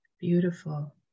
beautiful